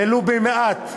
ולו במעט,